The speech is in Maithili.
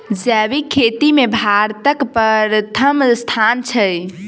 जैबिक खेती मे भारतक परथम स्थान छै